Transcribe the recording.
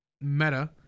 Meta